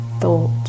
thought